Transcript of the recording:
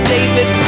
David